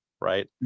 right